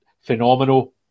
phenomenal